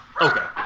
Okay